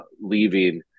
leaving